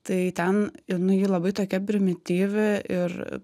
tai ten jinai labai tokia primityvi ir